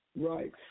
Right